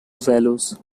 values